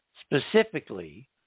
specifically